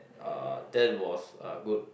uh that was uh good